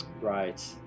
Right